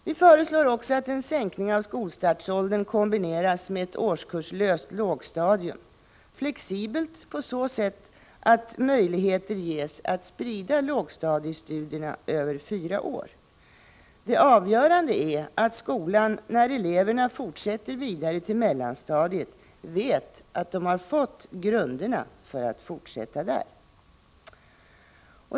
Vi föreslår också att en sänkning av skolstartsåldern kombineras med ett årskurslöst lågstadium — flexibelt på så sätt att möjligheter ges att sprida lågstadiestudierna över fyra år. Det avgörande är att man när eleverna fortsätter vidare till mellanstadiet vet att de har fått grunderna för att fortsätta där.